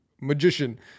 magician